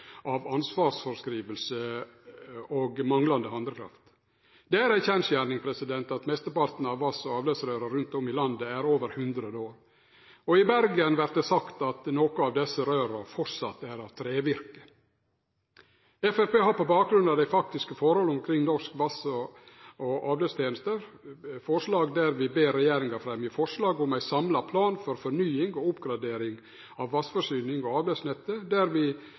av ansvarsfråskriving og manglande handlekraft. Det er ei kjensgjerning at mesteparten av vass- og avløpsrøyr rundt om i landet er over 100 år, og i Bergen vert det sagt at nokre av desse røyra framleis er av trevirke. Framstegspartiet har på bakgrunn av dei faktiske forholda omkring norske vass- og avløpstenester forslag der vi ber regjeringa fremme forslag om ein samla plan for fornying og oppgradering av vassforsyning og avløpsnettet, og vi har med fleire punkt der vi